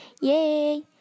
Yay